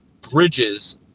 Bridges